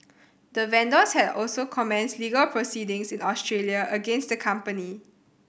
the vendors have also commenced legal proceedings in Australia against the company